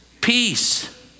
peace